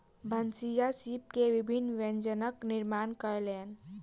भनसिया सीप के विभिन्न व्यंजनक निर्माण कयलैन